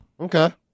Okay